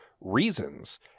reasons